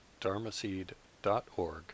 dharmaseed.org